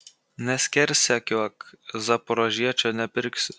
neskersakiuok zaporožiečio nepirksiu